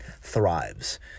thrives